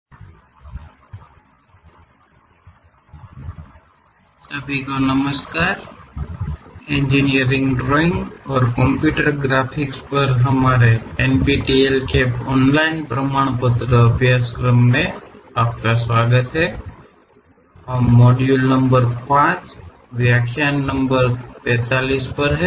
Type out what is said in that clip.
section और sectional दृश्य सभी को नमस्कार इंजीनियरिंग ड्राइंग और कंप्यूटर ग्राफिक्स पर हमारे NPTEL के ऑनलाइन प्रमाणपत्र अभ्यासक्रम में आपका स्वागत है हम मॉड्यूल नंबर 5 व्याख्यान 45 पर हैं